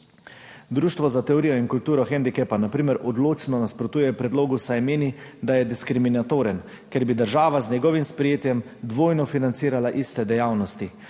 Društvo za teorijo in kulturo hendikepa na primer odločno nasprotuje predlogu, saj meni, da je diskriminatoren, ker bi država z njegovim sprejetjem dvojno financirala iste dejavnosti.